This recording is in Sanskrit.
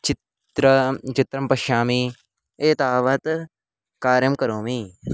चित्रं चित्रं पश्यामि एतावत् कार्यं करोमि